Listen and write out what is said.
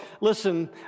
listen